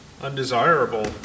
Undesirable